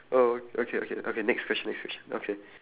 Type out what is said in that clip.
oh okay okay okay next question next question okay